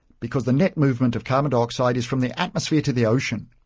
because the net movement of carbon dioxide is from the atmosphere to the ocean,